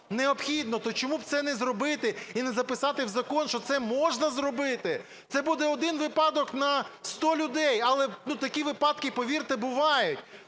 то чому б це не зробити і не записати в закон, що це можна зробити? Це буде один випадок на 100 людей, але, ну, такі випадки, повірте, бувають.